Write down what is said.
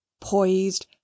poised